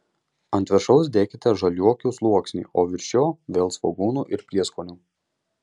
ant viršaus dėkite žaliuokių sluoksnį o virš jo vėl svogūnų ir prieskonių